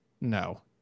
No